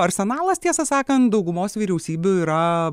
arsenalas tiesą sakant daugumos vyriausybių yra